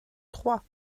trois